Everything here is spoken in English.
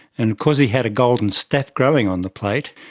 and because he had a golden staph growing on the plate,